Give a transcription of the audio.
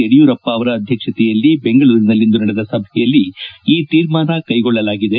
ಯಡಿಯೂರಪ್ಪ ಅವರ ಅಧ್ಯಕ್ಷತೆಯಲ್ಲಿ ಬೆಂಗಳೂರಿನಲ್ಲಿಂದು ನಡೆದ ಸಭೆಯಲ್ಲಿ ಈ ತೀರ್ಮಾನ ಕೈಗೊಳ್ಳಲಾಗಿದೆ